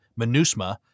MINUSMA